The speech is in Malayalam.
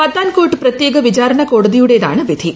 പത്താൻകോട്ട് പ്രത്യേക വിചാരണ കോടതിയുടേതാണ് വിധി